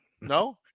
No